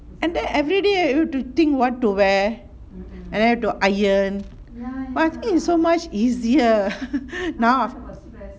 and then everyday you have to think what to wear and then to iron !wah! I think it's so much easier now